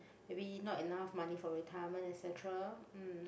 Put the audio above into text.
maybe not enough money for retirement et cetera mm